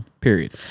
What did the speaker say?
Period